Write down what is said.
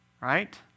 Right